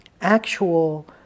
actual